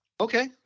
Okay